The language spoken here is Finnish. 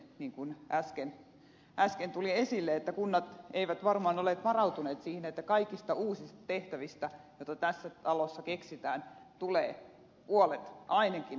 niin kuin äsken tuli esille kunnat eivät varmaan olleet varautuneet siihen että kaikista uusista tehtävistä joita tässä talossa keksitään tulee ainakin puolet maksettavaksi kunnille